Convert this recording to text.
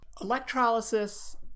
Electrolysis